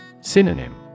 Synonym